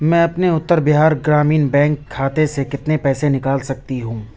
میں اپنے اتر بہار گرامین بینک کھاتے سے کتنے پیسے نکال سکتی ہوں